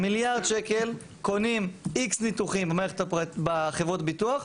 מיליארד שקל קונים X ניתוחים בחברות הביטוח,